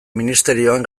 ministerioan